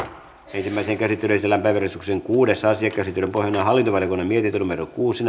ensimmäiseen käsittelyyn esitellään päiväjärjestyksen kuudes asia käsittelyn pohjana on hallintovaliokunnan mietintö kuusi